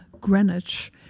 Greenwich